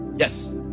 Yes